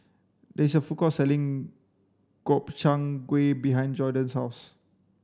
there is a food court selling Gobchang gui behind Jordon's house